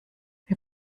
wir